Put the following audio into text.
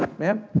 ma'am?